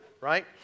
right